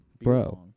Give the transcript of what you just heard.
Bro